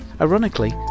Ironically